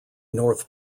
north